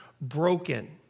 broken